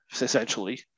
essentially